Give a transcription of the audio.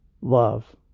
Love